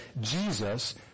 Jesus